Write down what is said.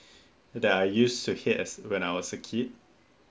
that I used to hate as when I was a kid